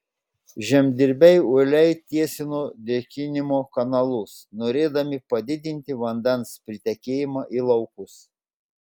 žemdirbiai uoliai tiesino drėkinimo kanalus norėdami padidinti vandens pritekėjimą į laukus